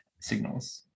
signals